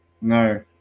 No